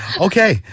Okay